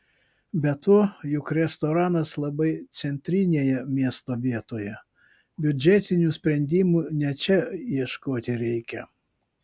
be to juk restoranas labai centrinėje miesto vietoje biudžetinių sprendimų ne čia ieškoti reikia